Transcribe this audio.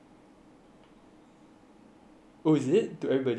oh is it to everybody I I don't think I got it yet